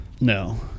No